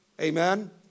Amen